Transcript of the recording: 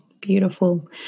beautiful